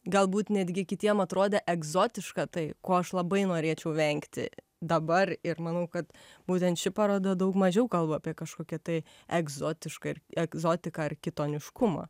galbūt netgi kitiem atrodė egzotiška tai ko aš labai norėčiau vengti dabar ir manau kad būtent ši paroda daug mažiau kalba apie kažkokią tai egzotišką ir egzotiką ar kitoniškumą